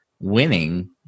winning